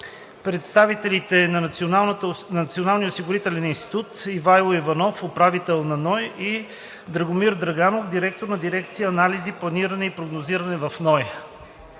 представителите на Националния осигурителен институт: Ивайло Иванов – управител на НОИ, и Драгомир Драганов – директор на Дирекция „Анализи, планиране и прогнозиране“ в НОИ.